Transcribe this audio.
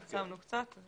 צמצמנו מעט.